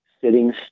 Sitting